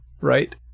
right